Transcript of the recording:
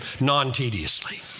non-tediously